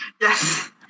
Yes